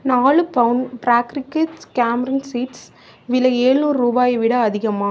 நாலு பவுன் பிராக்ரிதிக் கேம்ரின் சீட்ஸ் விலை எழுநூறு ரூபாயை விட அதிகமா